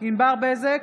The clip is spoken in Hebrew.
ענבר בזק,